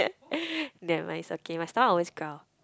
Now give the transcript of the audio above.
nevermind it's okay my stomach always growl